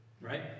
Right